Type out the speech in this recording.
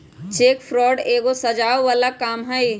cheque fraud एगो सजाओ बला काम हई